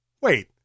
wait